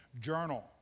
Journal